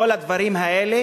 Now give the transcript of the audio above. כל הדברים האלה